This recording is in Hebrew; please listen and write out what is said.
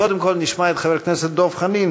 קודם כול נשמע את חבר הכנסת דב חנין